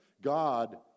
God